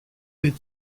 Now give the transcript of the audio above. est